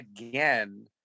again